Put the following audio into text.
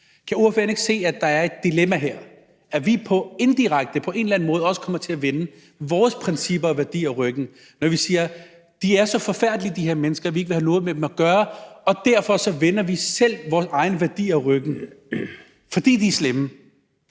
ikke se, at der er et dilemma her: at vi indirekte på en eller anden måde også kommer til at vende vores principper og værdier ryggen, når vi siger, at de her mennesker er så forfærdelige, at vi ikke vil have noget med dem at gøre? Vi vender selv vores egne værdier ryggen, fordi de er slemme.